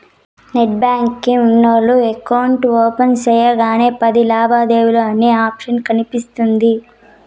net banking ఉన్నోల్లు account open సెయ్యగానే పది లావాదేవీలు అనే ఆప్షన్ కనిపిస్తుంది